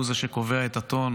הוא זה שקובע את הטון,